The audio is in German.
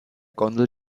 gondel